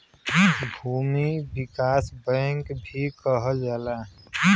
भूमि विकास बैंक भी कहल जाला